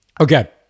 okay